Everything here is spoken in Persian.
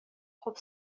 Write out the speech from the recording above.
خوب